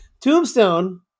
Tombstone